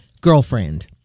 girlfriend